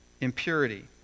impurity